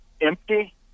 empty